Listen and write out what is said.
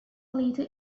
leader